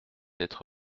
être